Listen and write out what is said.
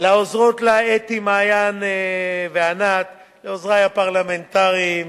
לה אתי, מעיין וענת, לעוזרי הפרלמנטריים